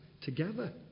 together